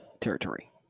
territory